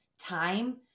time